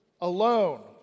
alone